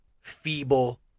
feeble